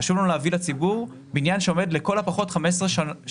חשוב לנו להביא לציבור בניין שעומד לכל הפחות 15 שנים.